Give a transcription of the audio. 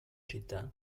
città